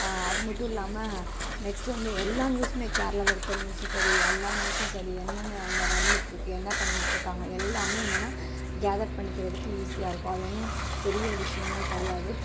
அது மட்டும் இல்லாமல் நெக்ஸ்ட் வந்து எல்லா நியூஸ்மே கேரளாவில இருக்க நியூஸூம் சரி எல்லா நியூஸூம் சரி என்னென்ன அங்கே நடந்திகிட்டுருக்கு என்ன பண்ணிகிட்டுருக்காங்க எல்லாமே என்னனா கேதர் பண்ணிக்கிறதுக்கு ஈசியாக இருக்கும் அது ஒன்று பெரிய விஷயமே கிடையாது